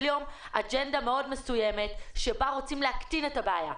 יום אג'נדה מאוד מסוימת שבה רוצים להקטין את הבעיה.